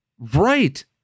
Right